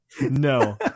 No